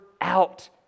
out